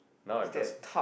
now I'm just